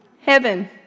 Heaven